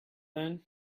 then